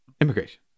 Immigration